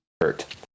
hurt